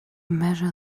measure